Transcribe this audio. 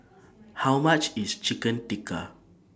How much IS Chicken Tikka